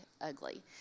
ugly